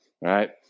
right